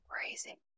crazy